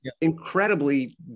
incredibly